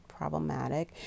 Problematic